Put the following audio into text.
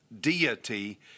deity